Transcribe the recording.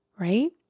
Right